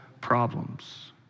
problems